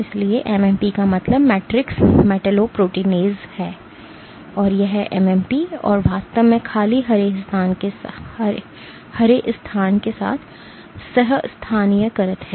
इसलिए एमएमपी का मतलब मैट्रिक्स मेटालोप्रोटीनेज है ये एमएमपी और वास्तव में खाली हरे स्थान के साथ सह स्थानीयकरत है